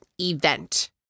event